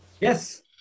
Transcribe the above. Yes